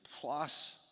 plus